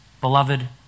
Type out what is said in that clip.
Beloved